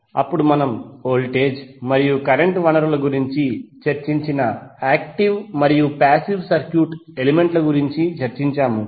అప్పుడు మనము వోల్టేజ్ మరియు కరెంట్ వనరుల గురించి చర్చించిన యాక్టివ్ మరియు పాసివ్ సర్క్యూట్ ఎలిమెంట్ల గురించి చర్చించాము